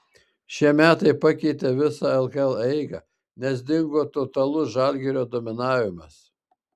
šie metai pakeitė visą lkl eigą nes dingo totalus žalgirio dominavimas